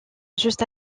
juste